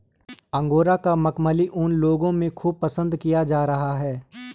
angora का मखमली ऊन लोगों में खूब पसंद किया जा रहा है